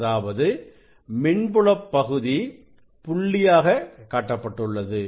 அதாவது மின்புலப் பகுதி புள்ளியாக காட்டப்பட்டுள்ளது